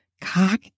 Cock